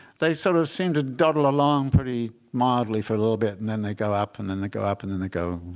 they sort of seem to dawdle along pretty mildly for a little bit. and then they go up. and then they go up. and then they go,